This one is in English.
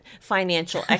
financial